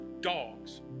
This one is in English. dogs